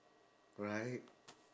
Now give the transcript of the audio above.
right